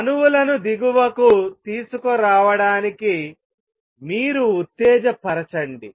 అణువులను దిగువకు తీసుకురావడానికి మీరు ఉత్తేజపరచండి